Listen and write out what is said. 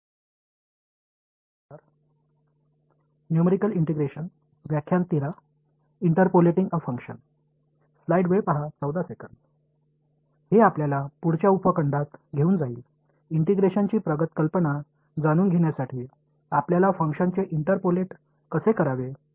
இந்தப் பாடம் நம்மை அடுத்த துணை பிரிவுக்கு நம்மை அழைத்துச் செல்கிறது ஒருங்கிணைப்பின் மேம்பட்ட யோசனையைப் பெற ஒரு செயல்பாட்டை எவ்வாறு இடைக்கணிப்பது என்பதை நோக்கி ஒரு சிறிய மாற்றுப்பாதையை எடுக்க வேண்டும்